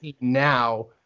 now